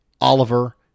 Oliver